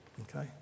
Okay